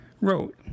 wrote